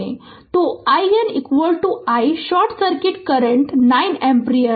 तो IN i short circuit current 9 ampere